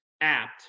apt